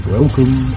Welcome